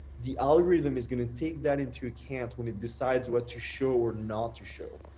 the algorithm is gonna take that into account when it decides what to show or not to show.